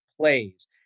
plays